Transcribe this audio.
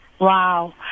Wow